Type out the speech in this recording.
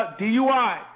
DUI